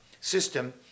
system